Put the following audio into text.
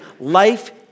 life